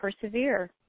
persevere